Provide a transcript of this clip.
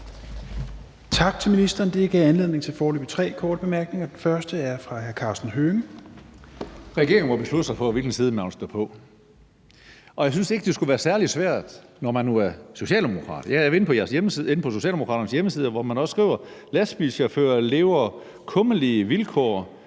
Tak til ministeren. Det gav anledning til foreløbig tre korte bemærkninger. Den første er fra hr. Karsten Hønge. Kl. 17:23 Karsten Hønge (SF): Regeringen må beslutte sig for, hvilken side man vil stå på. Og jeg synes ikke, det må være særlig svært, når man nu er socialdemokrat. Jeg har været inde på Socialdemokraternes hjemmeside, hvor man også skriver: »Lastbilchauffører lever kummerlige liv